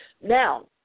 Now